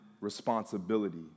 responsibility